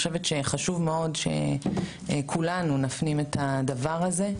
חשוב מאוד שכולנו ואזרחי המדינה נפנים את הדבר הזה.